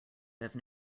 have